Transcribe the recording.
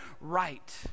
right